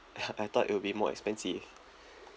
I thought it will be more expensive